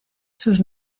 sus